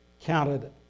counted